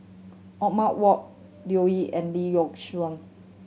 Othman Wok Leo Yip and Lee Yock Suan